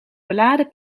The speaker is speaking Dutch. bladen